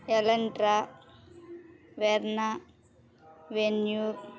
Elantra Verna venue